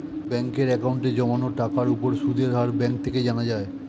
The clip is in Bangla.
ব্যাঙ্কের অ্যাকাউন্টে জমানো টাকার উপর সুদের হার ব্যাঙ্ক থেকে জানা যায়